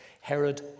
Herod